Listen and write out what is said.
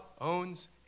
owns